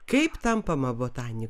kaip tampama botani